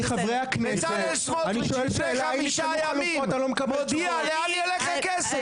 בצלאל סמוטריץ לפני חמישה ימים הודיע לאן ילך הכסף.